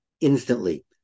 instantly